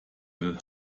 will